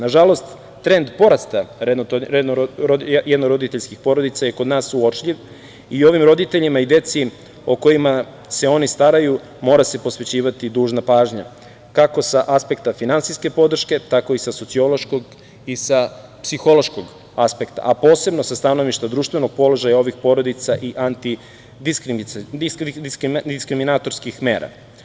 Nažalost, trend porasta jednoroditeljskih porodica je kod nas uočljiv i ovim roditeljima i deci o kojima se oni staraju mora se posvećivati dužna pažnja, kako sa aspekta finansijske podrške, tako i sa sociološkog i sa psihološkog aspekta, a posebno sa stanovišta društvenog položaja ovih porodica i antidiskriminatorskih mera.